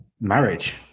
marriage